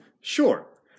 Sure